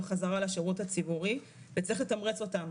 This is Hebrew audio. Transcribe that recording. חזרה לשירות הציבורי ואנחנו צריכים לתמרץ אותם.